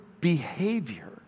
behavior